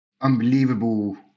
unbelievable